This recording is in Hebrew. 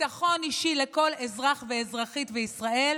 ביטחון אישי לכל אזרח ואזרחית בישראל